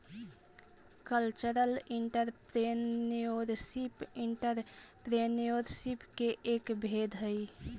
cultural entrepreneurship entrepreneurship के एक भेद हई